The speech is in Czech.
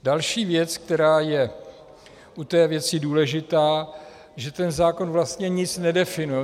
Další věc, která je u té věci důležitá, že ten zákon vlastně nic nedefinuje.